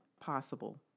possible